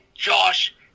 Josh